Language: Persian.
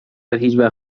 هیچوقت